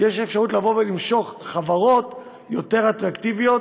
יש אפשרות למשוך חברות יותר אטרקטיביות,